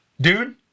Dude